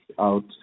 out